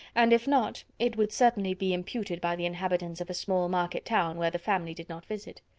and if not, it would certainly be imputed by the inhabitants of a small market-town where the family did not visit.